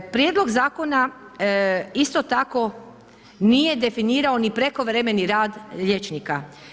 Prijedlog zakona isto tako nije definirao ni prekovremeni rad liječnika.